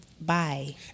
bye